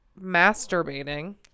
masturbating